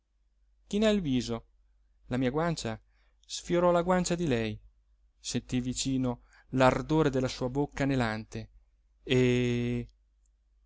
petto chinai il viso la mia guancia sfiorò la guancia di lei sentii vicino l'ardore della sua bocca anelante e